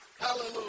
Hallelujah